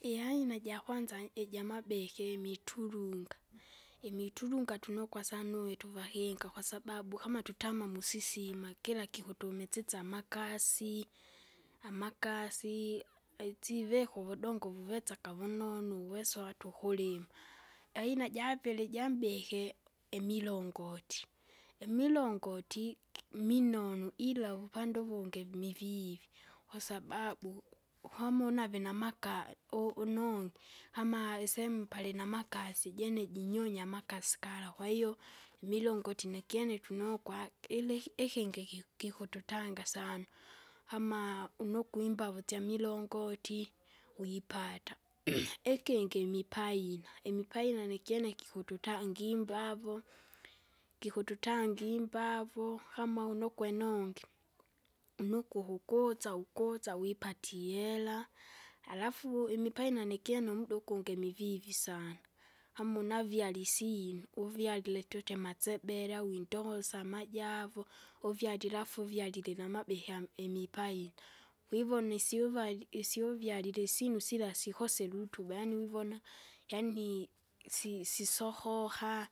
Iaina jakwanza ijamabeke miturunga, imiturungwa tunokwa sana uwe tuwakinga kwasababu kama tutama musisima, gira gikutumisisya amakasi. Amakasi isivika uvudongo vuwesake vunonu, uwesowatukulima, aina javiri ijambiki imilongoti, imilongoti minonu ila uvupande uvungi mivivi, kwasababu kwame unave namaka u- unongi, kama isemu palinamakasi ijene jinyonya amakasi gala. Kwahiyo, imilongoti nakyene tunokwa ila ikingi ki- kikututanga sana, ama unokwe imbavu syamilongoti, wipata. Ikingi imipaina, imipaina nikyene kikututanga imbavo, kikututanga imbavu, kama unokwa inongi, unokwe uhukuza ukuza wipatie ihera. Harafu imipaina nikyene umuda ukungi ukungi mivivi sana, kama unavyale isinu, uvyalile tuti mtsebele, au indosa, amajavu, uvalile afu uvyalile namabihi amu imipaina, kwivona isyuvari isiuvyarile isinu sila sikose irutuba, yaani wivona, yaani si- sisokoka.